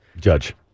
Judge